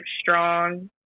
strong